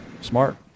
smart